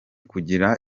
kugira